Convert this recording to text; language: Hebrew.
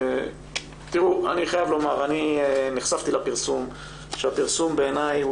אני חייב לומר שנחשפתי לפרסום ובעיניי הפרסום